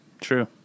true